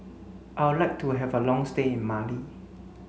I'll like to have a long stay in Mali